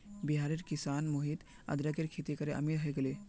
बिहारेर किसान मोहित अदरकेर खेती करे अमीर हय गेले